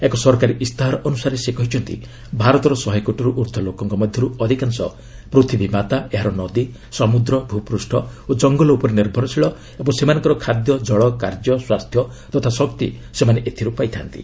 ଏକ ସରକାରୀ ଇସ୍ତାହାର ଅନୁସାରେ ସେ କହିଛନ୍ତି ଭାରତର ଶହେ କୋଟିରୁ ୍ଉର୍ଦ୍ଧ୍ୱ ଲୋକଙ୍କ ମଧ୍ୟରୁ ଅଧିକାଂଶ ପୂଥିବୀ ମାତା ଏହାର ନଦୀ ସମୁଦ୍ର ଭୂପୃଷ୍ଠ ଓ ଜଙ୍ଗଲ ଉପରେ ନିର୍ଭଳଶୀଳ ଓ ସେମାନଙ୍କର ଖାଦ୍ୟ ଜଳ କାର୍ଯ୍ୟ ସ୍ୱାସ୍ଥ୍ୟ ତଥା ଶକ୍ତି ସେମାନେ ଏଥିରୁ ପାଇଥାନ୍ତି